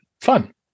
fun